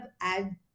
add